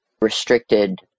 restricted